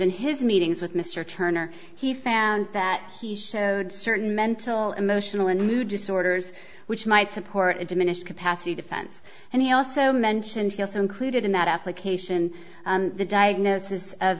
in his meetings with mr turner he found that he showed certain mental emotional and mood disorders which might support a diminished capacity defense and he also mentioned he also included in that application the diagnosis of